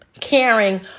caring